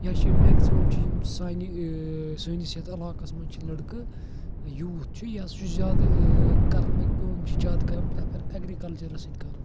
یا چھ میٚگزِمم چھ یم سانہِ ٲں سٲنِس یتھ عَلاقَس مَنٛز چھِ لٔڑکہٕ یوٗتھ چھُ یہِ ہسا چھُ زیادٕ ٲں کران وۄنۍ کٲم یِم چھِ زیٛادٕ کران پرٛیٚفَر ایٚگرِکَلچَرَس سۭتۍ کَرُن